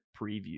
preview